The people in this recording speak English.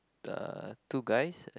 uh two guys